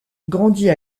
grandit